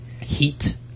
heat